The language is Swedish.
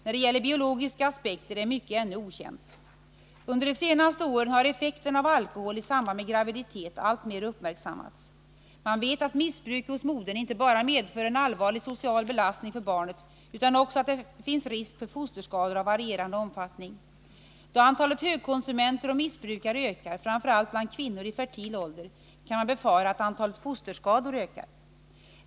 När det gäller biologiska aspekter är mycket ännu okänt. Under de senaste åren har effekterna av alkohol i samband med graviditet 23 alltmer uppmärksammats. Man vet att missbruk hos modern inte bara medför en allvarlig social belastning för barnet utan också att det finns risk för fosterskador av varierande omfattning. Då antalet högkonsumenter och missbrukare ökar framför allt bland kvinnor i fertil ålder kan man befara att antalet fosterskador ökar.